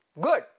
Good